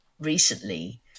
recently